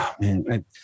man